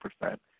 percent